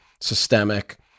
systemic